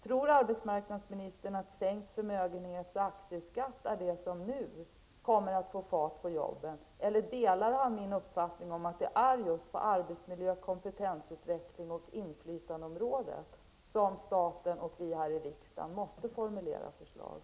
Tror arbetsmarknadsministern att sänkt förmögenhets och aktieskatt kommer att få fart på jobben, eller delar arbetsmarknadsministern min uppfattning att det är just på arbetsmiljö-, kompetensutvecklings och inflytandeområdet som staten och vi här i riksdagen måste formulera förslag?